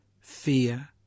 fear